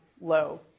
low